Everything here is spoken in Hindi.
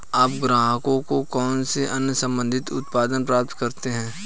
आप ग्राहकों को कौन से अन्य संबंधित उत्पाद प्रदान करते हैं?